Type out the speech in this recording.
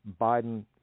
Biden